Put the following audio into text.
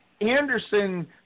Anderson